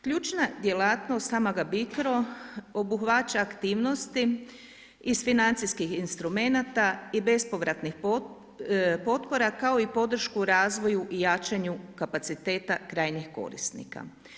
Ključna djelatnost HAMAG-a Bicro obuhvaća aktivnosti iz financijskih instrumenata i bespovratnih potpora kao i podršku razvoju i jačanju kapaciteta krajnjih korisnika.